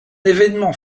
évènement